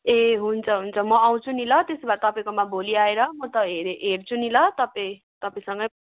ए हुन्छ हुन्छ म आउँछु नि ल त्यसोभए तपाईँकोमा भोलि आएर म त हेर्छु नि ल तपाईँ तपाईँसँगै